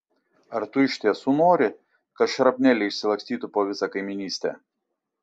ar tu iš tiesų nori kad šrapneliai išsilakstytų po visą kaimynystę